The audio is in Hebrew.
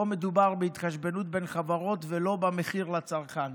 פה מדובר בהתחשבנות בין חברות ולא במחיר לצרכן.